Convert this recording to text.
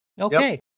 Okay